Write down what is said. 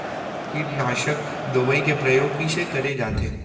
कीटनाशक दवई के प्रयोग कइसे करे जाथे?